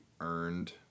earned